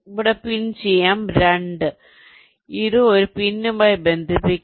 ഇവിടെ പിൻ ചെയ്യാം 2 ഇത് ഒരു പിന്നുമായി ബന്ധിപ്പിക്കണം